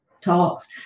talks